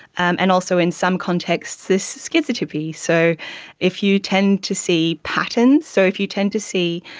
um and also in some contexts this schizotypy. so if you tend to see patterns, so if you tend to see,